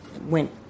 went